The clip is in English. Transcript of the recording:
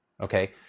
Okay